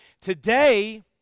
Today